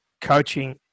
coaching